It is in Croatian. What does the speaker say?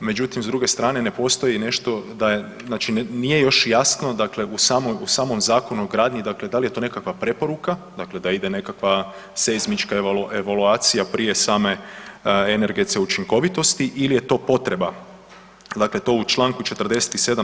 Međutim, s druge strane ne postoji nešto da je, znači nije još jasno dakle u samom Zakonu o gradnju dakle dal je to nekakva preporuka, dakle da ide nekakva seizmička evaluacija prije same energetske učinkovitosti ili je to potreba, dakle to u čl. 47.